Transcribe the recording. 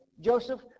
Joseph